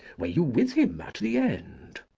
were you with him at the end?